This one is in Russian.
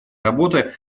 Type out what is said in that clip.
работы